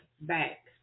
back